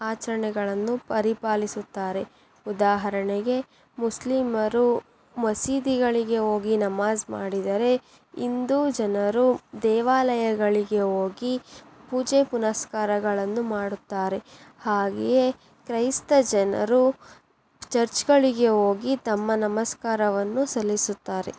ಆಚರಣೆಗಳನ್ನು ಪರಿಪಾಲಿಸುತ್ತಾರೆ ಉದಾಹರಣೆಗೆ ಮುಸ್ಲಿಮರು ಮಸೀದಿಗಳಿಗೆ ಹೋಗಿ ನಮಾಜ್ ಮಾಡಿದರೆ ಹಿಂದೂ ಜನರು ದೇವಾಲಯಗಳಿಗೆ ಹೋಗಿ ಪೂಜೆ ಪುನಸ್ಕಾರಗಳನ್ನು ಮಾಡುತ್ತಾರೆ ಹಾಗೆಯೇ ಕ್ರೈಸ್ತ ಜನರು ಚರ್ಚ್ಗಳಿಗೆ ಹೋಗಿ ತಮ್ಮ ನಮಸ್ಕಾರವನ್ನು ಸಲ್ಲಿಸುತ್ತಾರೆ